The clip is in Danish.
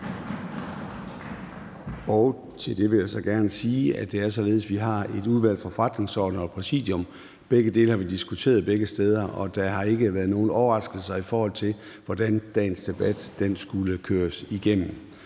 Til det vil jeg så gerne sige, at det er således, at vi har et Udvalg for Forretningsordenen og et Præsidium. Begge dele har vi diskuteret begge steder, og der har ikke været nogen overraskelser, i forhold til hvordan dagens debat skulle køres igennem.